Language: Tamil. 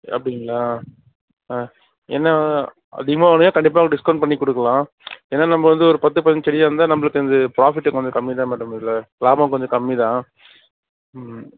அப்படிங்களா ஆ என்ன அதிகமாக வாங்கினிங்கன்னா கண்டிப்பாக டிஸ்கவுண்ட் பண்ணி கொடுக்குலாம் ஏன்னால் நம்ம வந்து ஒரு பத்து பதினஞ்சு செடியாக இருந்தால் நம்மளுக்கு அது ப்ராஃபிட்டு கொஞ்சம் கம்மி தான் மேடம் இதில் லாபம் கொஞ்சம் கம்மி தான் ம்